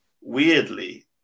weirdly